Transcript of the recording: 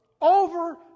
over